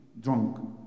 drunk